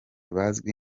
bazwi